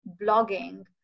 blogging